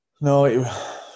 no